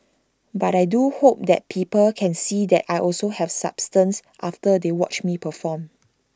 but I do hope that people can see that I also have substance after they watch me perform